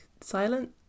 silent